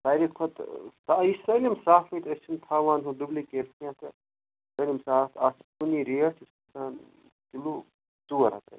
ساروی کھۄتہٕ آ یہِ چھِ سٲلِم صافٕے تہٕ أسۍ چھِنہٕ تھاوان ہُہ ڈُبلِکیٹ کیٚنٛہہ تہٕ سٲلِم صاف اَتھ چھِ کُنی ریٹ کِلوٗ ژور ہَتھ رۄپیہِ